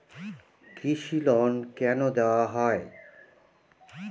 কৃষি লোন কেন দেওয়া হয়?